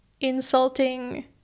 insulting